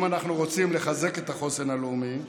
אם אנחנו רוצים לחזק את החוסן הלאומי,